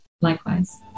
Likewise